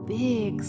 big